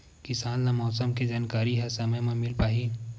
किसान ल मौसम के जानकारी ह समय म मिल पाही?